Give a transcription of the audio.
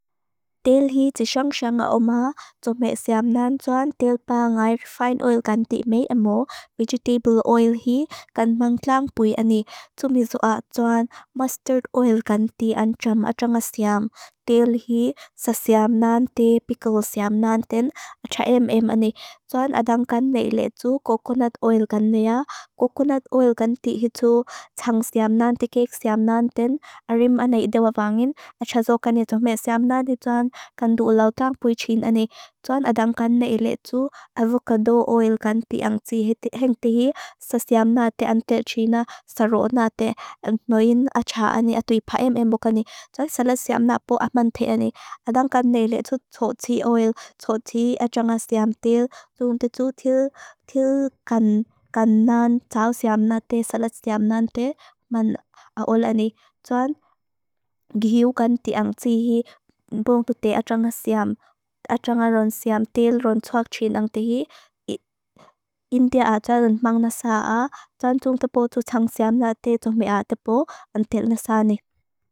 Dil hi tisongsia nga oma. Tume siam nan. Tuan dil pa nga refine oil ganti me emo. Vegetable oil hi kan mangklang pui ani. Tumi sua tuan mustard oil ganti ancham. Acha nga siam dil hi sasiam nan teh. Pickle siam nan ten acha em em ani. Tuan adang kan neile tu coconut oil gan nea. Coconut oil ganti hi tu tang siam nan. Teh kek siam nan ten arim ana idewa bangin. Acha zo kani tume siam nan dil tuan. Kandu ulaw tang pui chin ani. Tuan adang kan neile tu. Avocado oil ganti anchi heng tehi. Sasiam nan teh ante china. Saro nan teh noyin. Acha ani atu ipa em em bukan ni. Tuan salad siam nan po. Aman te ani adang kan neile tu. Tortilla oil tortilla acha nga siam dil. Tum dil tu til til. Kan kan nan tau siam nan. Teh salad siam nan teh man. Aul ani tuan. Ghiu ganti anchi hei bung tut teh. Acha nga siam. Acha nga ron siam. Dil ron suak chin anchi hei. India ata ron mang nasa a tuan tung tupo.